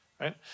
right